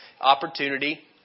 Opportunity